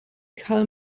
karl